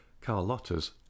Carlotta's